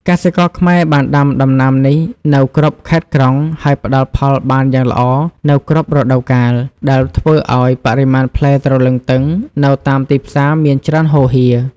កសិករខ្មែរបានដាំដំណាំនេះនៅគ្រប់ខេត្តក្រុង ហើយផ្តល់ផលបានយ៉ាងល្អនៅគ្រប់រដូវកាល ដែលធ្វើឱ្យបរិមាណផ្លែទ្រលឹងទឹងនៅតាមទីផ្សារមានច្រើនហូរហៀរ។